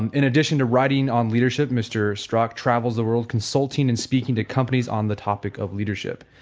and in addition to writing on leadership, mr. strock travels the world, consulting and speaking to companies on the topic of leadership.